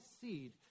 seed